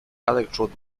electrode